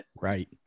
Right